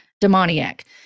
demoniac